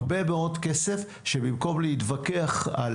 הרבה מאוד כסף שבמקום להתווכח על